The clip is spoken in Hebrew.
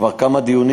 כבר כמה דיונים.